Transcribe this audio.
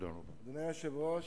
אדוני היושב-ראש,